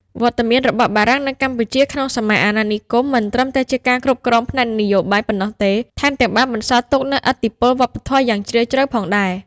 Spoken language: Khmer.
វត្តមានរបស់បារាំងនៅកម្ពុជាក្នុងសម័យអាណានិគម មិនត្រឹមតែជាការគ្រប់គ្រងផ្នែកនយោបាយប៉ុណ្ណោះទេ ថែមទាំងបានបន្សល់ទុកនូវឥទ្ធិពលវប្បធម៌យ៉ាងជ្រាលជ្រៅផងដែរ។